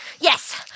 Yes